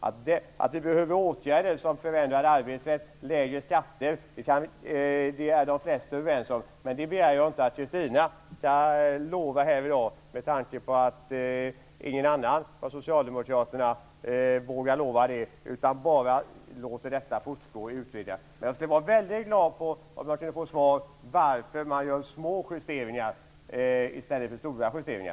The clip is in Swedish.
Att det behövs åtgärder som förändrar arbetsrätten och lägre skatter är de flesta överens om. Jag begär inte att Kristina Zakrisson skall lova något i dag, med tanke på att ingen annan av socialdemokraterna vågar göra det. I stället låter man det bara fortgå och utreder. Jag skulle vara väldigt glad om jag kunde få svar på frågan om varför man gör små justeringar i stället för stora.